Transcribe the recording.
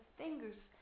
fingers